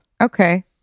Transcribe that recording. okay